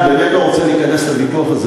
אני באמת לא רוצה להיכנס לוויכוח הזה,